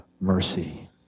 mercy